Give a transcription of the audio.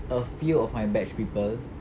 a few of my batch people